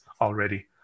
already